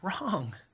wrong